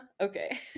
okay